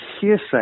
hearsay